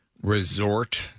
resort